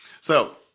So-